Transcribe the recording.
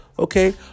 Okay